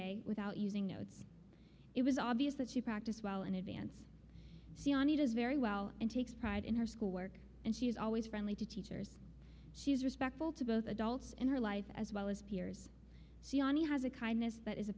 day without using notes it was obvious that she practiced well in advance very well and takes pride in her school work and she is always friendly to teachers she is respectful to both adults in her life as well as peers siani has a kindness that is a